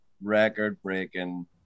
record-breaking